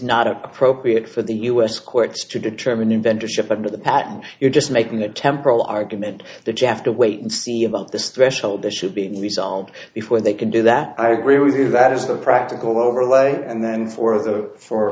not appropriate for the u s courts to determine inventor ship under the patent you're just making the temporal argument there jeff to wait and see about this threshold that should be resolved before they can do that i agree with you that is the practical overlay and then for the for